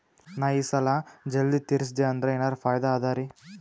ನಾ ಈ ಸಾಲಾ ಜಲ್ದಿ ತಿರಸ್ದೆ ಅಂದ್ರ ಎನರ ಫಾಯಿದಾ ಅದರಿ?